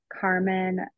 carmen